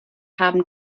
haben